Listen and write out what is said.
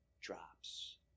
drops